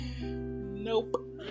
nope